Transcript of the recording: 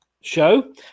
show